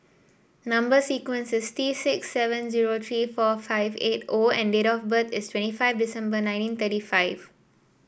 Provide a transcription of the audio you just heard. number sequence is T six seven zero three four five eight O and date of birth is twenty five December nineteen thirty five